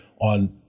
on